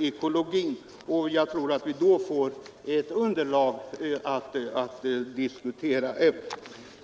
ekologin. Jag tror att vi då får ett sakligare underlag för debatten.